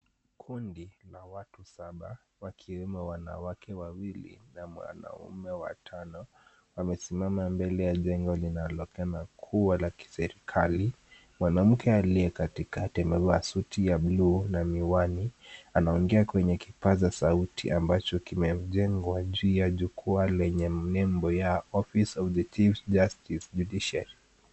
Kundi la watu saba, wakiwemo wanawake wawili na wanaume watano wamesimama mbele ya jengo linaloonekana kuwa la kiserikali. Mwanamke aliyekaa katikati amevaa suti ya buluu na miwani, anaongea kwenye kipaza sauti ambacho kimejengwa juu ya jukwaa lenye nembo ya Office Of The Chief justice Judiciary.